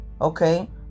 okay